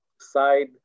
side